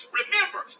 remember